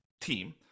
team